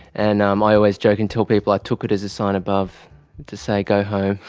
and um i always joke and tell people i took it as a sign above to say go home,